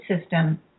system